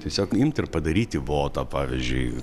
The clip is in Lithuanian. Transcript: tiesiog imt ir padaryti votą pavyzdžiui